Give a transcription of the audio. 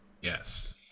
Yes